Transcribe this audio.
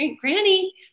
Granny